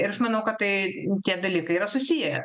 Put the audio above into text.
ir aš manau kad tai tie dalykai yra susiję